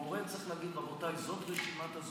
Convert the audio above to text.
מורה צריך להגיד: רבותיי, זאת רשימת הזוגות.